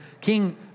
King